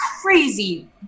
crazy